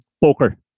poker